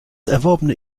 erworbene